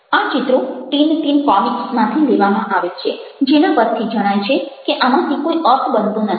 આ ચિત્રો Tintin comics માંથી લેવામાં આવેlલ છે જેના પરથી જણાય છે કે આમાંથી કોઈ અર્થ બનતો નથી